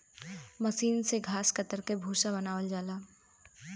मसीन से घास के कतर के भूसा बनावल जाला